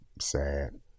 Sad